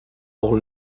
pour